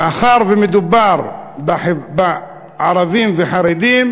מאחר שמדובר בערבים ובחרדים,